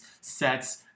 sets